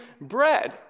bread